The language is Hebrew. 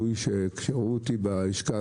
כשראו אותי בגלוי בלשכה,